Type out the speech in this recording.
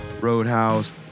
Roadhouse